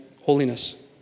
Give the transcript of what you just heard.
holiness